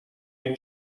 این